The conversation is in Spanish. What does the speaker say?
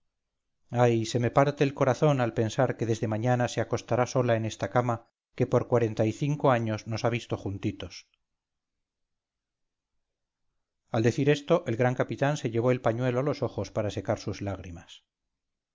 ay se me parte el corazón al pensar que desde mañana se acostará sola en esta cama que por cuarenta y cinco años nos ha visto juntitos al decir esto el gran capitán se llevó el pañuelo a los ojos para secar sus lágrimas